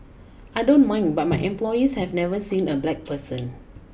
I don't mind but my employees have never seen a black person